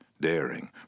daring